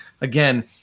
again